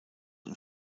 und